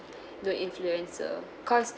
the influencers cause